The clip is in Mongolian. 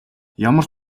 ямар